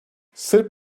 sırp